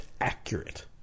accurate